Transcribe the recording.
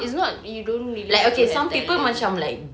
it's not you don't really need like talent